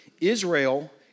Israel